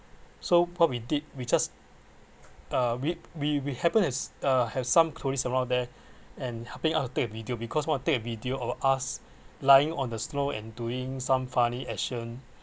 so what we did we just uh we we we happened as uh have some tourist around there and helping us to take a video because we want to take the video of us lying on the snow and doing some funny action